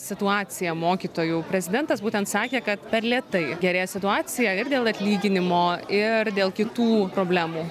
situacija mokytojų prezidentas būtent sakė kad per lėtai gerėja situacija ir dėl atlyginimo ir dėl kitų problemų